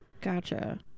Gotcha